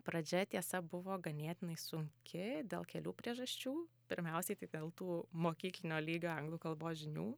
pradžia tiesa buvo ganėtinai sunki dėl kelių priežasčių pirmiausiai tai dėl tų mokyklinio lygio anglų kalbos žinių